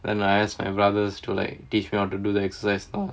then I ask my brothers to like teach me how to do the exercise you know